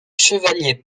chevalier